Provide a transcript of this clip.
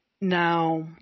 Now